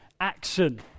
action